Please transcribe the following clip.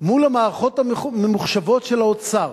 מול המערכות הממוחשבות של האוצר